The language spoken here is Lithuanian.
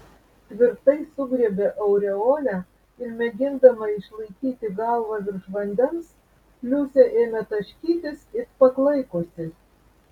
tvirtai sugriebė aureolę ir mėgindama išlaikyti galvą virš vandens liusė ėmė taškytis it paklaikusi